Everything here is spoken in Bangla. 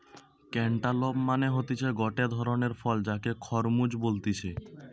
ক্যান্টালপ মানে হতিছে গটে ধরণের ফল যাকে খরমুজ বলতিছে